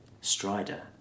Strider